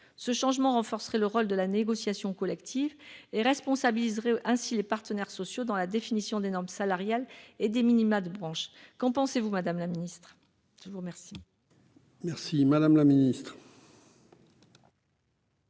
Ce changement renforcerait le rôle de la négociation collective et responsabiliserait ainsi les partenaires sociaux dans la définition des normes salariales et des minima de branche. Qu'en pensez-vous, madame la ministre ?